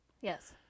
Yes